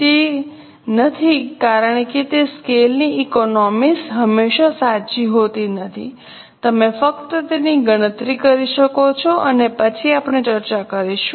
તે નથી કારણ કે સ્કેલની ઇકોનોમિઝ હંમેશાં સાચી હોતી નથી તમે ફક્ત તેની ગણતરી કરી શકો છો અને પછી આપણે ચર્ચા કરીશું